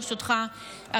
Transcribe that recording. ברשותך,